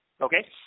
okay